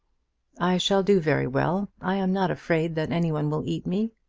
i shall do very well. i am not afraid that any one will eat me.